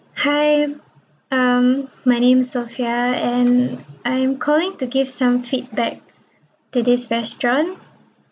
hi um my name's sophia and I'm calling to give some feedback to this restaurant